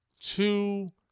two